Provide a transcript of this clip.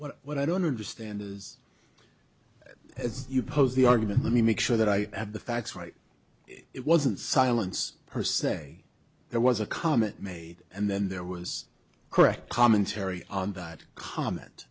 ut what i don't understand is as you pose the argument let me make sure that i have the facts right it wasn't silence her say there was a comment made and then there was correct commentary on that comment